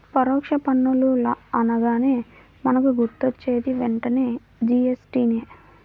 పరోక్ష పన్నులు అనగానే మనకు గుర్తొచ్చేది వెంటనే జీ.ఎస్.టి నే